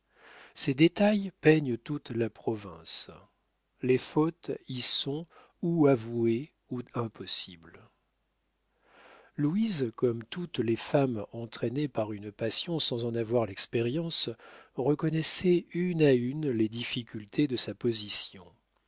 ces détails peignent toute la province les fautes y sont ou avouées ou impossibles louise comme toutes les femmes entraînées par une passion sans en avoir l'expérience reconnaissait une à une les difficultés de sa position